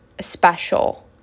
special